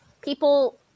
people